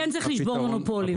כן צריך לשבור מונופולים.